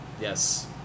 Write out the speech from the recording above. Yes